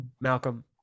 Malcolm